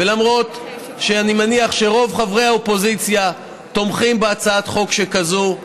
ולמרות שאני מניח שרוב חברי האופוזיציה תומכים בהצעת חוק שכזאת,